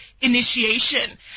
initiation